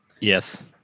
Yes